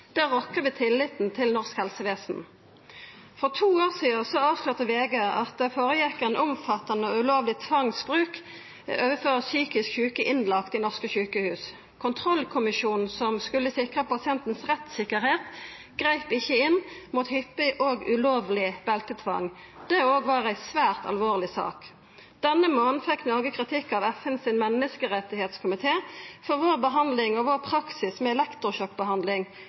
rokkar ved tilliten til det norske helsevesenet. For to år sidan avslørte VG at det fann stad ein omfattande og ulovleg tvangsbruk overfor psykisk sjuke som var innlagde ved norske sjukehus. Kontrollkommisjonen som skulle sikra rettstryggleiken til pasientane, greip ikkje inn mot hyppig og ulovleg beltetvang. Det var òg ei svært alvorleg sak. Denne månaden fekk Noreg kritikk av FNs menneskerettskomité for vår praksis med elektrosjokkbehandling